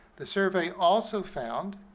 the survey also found